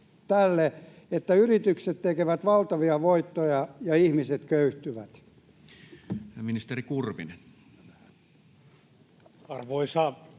että yritykset tekevät valtavia voittoja ja ihmiset köyhtyvät? Ja ministeri Kurvinen. Arvoisa herra